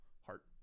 heart